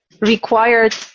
required